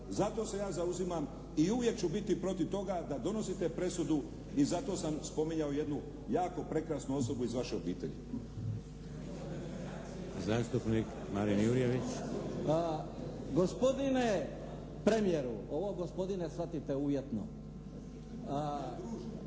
zato se ja zauzimam i uvijek ću biti protiv toga da donosite presudu i zato sam spominjao jednu jako prekrasnu osobu iz vaše obitelji. **Šeks, Vladimir (HDZ)** Zastupnik Marin Jurjević. **Jurjević, Marin (SDP)** Pa gospodine premijeru, ovo gospodine shvatite uvjetno.